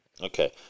Okay